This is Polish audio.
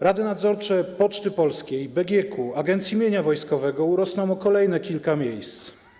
Rady nadzorcze Poczty Polskiej, BGK, Agencji Mienia Wojskowego urosną o kolejnych kilka miejsc.